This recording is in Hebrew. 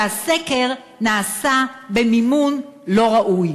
והסקר נעשה במימון לא ראוי,